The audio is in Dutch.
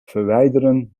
verwijderen